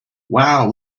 wow